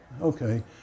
Okay